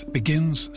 begins